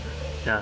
ya